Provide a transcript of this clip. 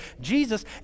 Jesus